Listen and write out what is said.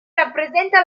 rappresenta